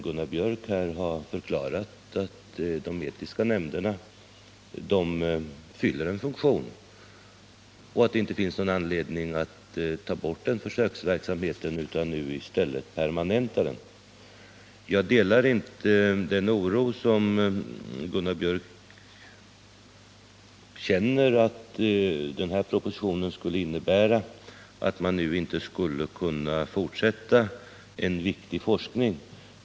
Gunnar Biörck har ju förklarat att de etiska nämnderna fyller en funktion och att det inte finns någon anledning att ta bort den försöksverksamheten utan i stället att permanenta den. Jag delar inte den oro som Gunnar Biörck i Värmdö känner för att den här propositionen skulle innebära att man nu inte skulle kunna fortsätta en viktig forskning.